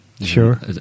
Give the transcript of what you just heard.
Sure